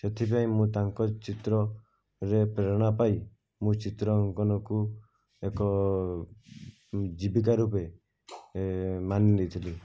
ସେଥିପାଇଁ ମୁଁ ତାଙ୍କ ଚିତ୍ରରେ ପ୍ରେରଣା ପାଇ ମୁଁ ଚିତ୍ର ଅଙ୍କନକୁ ଏକ ଜୀବିକା ରୂପେ ମାନି ନେଇଥିଲି